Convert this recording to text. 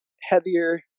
heavier